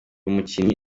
mukinyi